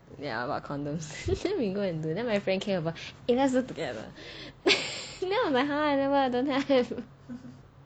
ya about condoms then we go and do then my friend came over eh let's do together then I'm like !huh! I never I don't have